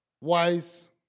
wise